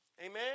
Amen